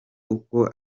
uko